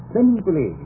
Simply